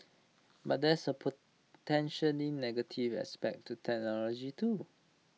but there's the potentially negative aspect to technology too